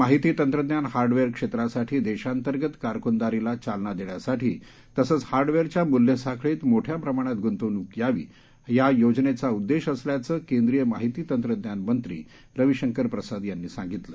माहिती तंत्रज्ञान हार्डवेअर क्षेत्रासाठी देशांतर्गत कारकूनदारीला चालना देण्यासाठी तसंच हार्डवेअरच्या मूल्यसाखळीत मोठ्या प्रमाणात गुंतवणूक यावी हा योजनेचा उद्देश असल्याचं केंद्रीय माहिती तंत्रज्ञान मंत्री रवीशंकर प्रसाद यांनी सांगितलं